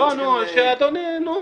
לא, שאדוני, נו.